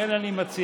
לכן אני מציע,